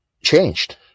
Changed